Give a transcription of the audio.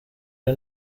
ari